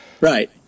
Right